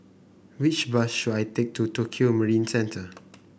which bus should I take to Tokio Marine Centre